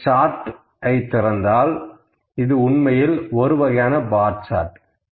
இந்த சார்ட் ஐ திறந்தால் இது உண்மையில் ஒருவகையான பார் சார்ட்